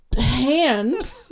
hand